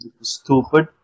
stupid